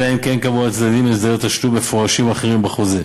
אלא אם כן קבעו הצדדים הסדרי תשלום מפורשים אחרים בחוזה.